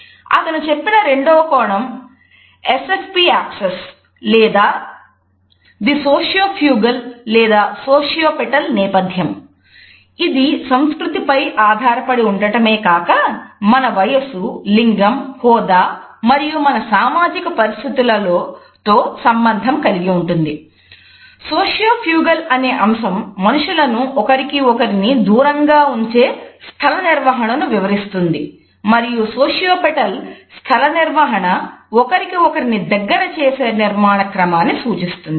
అతను చెప్పిన రెండవ కోణం ఎస్ ఫ్ పి ఆక్సిస్ స్థలనిర్వహణ ఒకరికి ఒకరిని దగ్గర చేసే నిర్మాణక్రమాన్నిసూచిస్తుంది